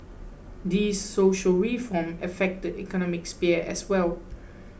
these social reforms affect the economic sphere as well